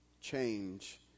change